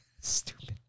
Stupid